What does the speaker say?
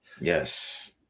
Yes